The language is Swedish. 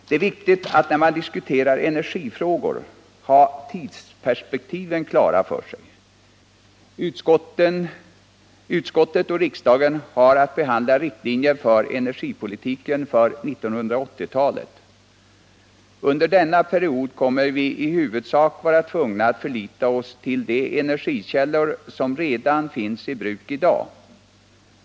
Det är viktigt när man i dag diskuterar energifrågor att ha tidsperspektiven klara för sig. Utskottet och riksdagen har att behandla riktlinjer för energipolitiken för 1980-talet. Under denna period kommer vi i huvudsak att vara tvungna att förlita oss till de energikällor som finns i bruk redan i dag.